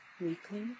weekly